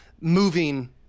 moving